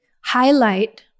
highlight